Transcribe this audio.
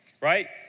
right